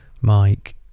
Mike